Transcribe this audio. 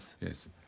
Yes